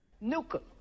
Nuclear